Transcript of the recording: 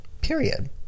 Period